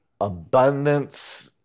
abundance